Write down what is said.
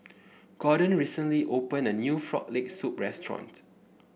Gordon recently opened a new Frog Leg Soup restaurant